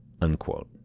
Unquote